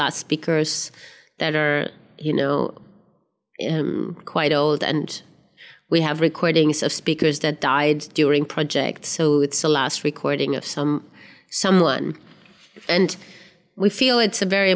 loudspeakers that are you know um quite old and we have recordings of speakers that died during project so it's the last recording of some someone and we feel it's a very